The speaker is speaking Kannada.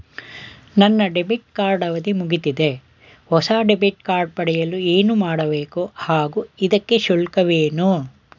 ನನ್ನ ಡೆಬಿಟ್ ಕಾರ್ಡ್ ಅವಧಿ ಮುಗಿದಿದೆ ಹೊಸ ಡೆಬಿಟ್ ಕಾರ್ಡ್ ಪಡೆಯಲು ಏನು ಮಾಡಬೇಕು ಹಾಗೂ ಇದಕ್ಕೆ ಶುಲ್ಕವೇನು?